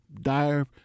dire